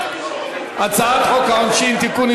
הצעת חוק העונשין (תיקון,